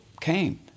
came